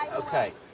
okay.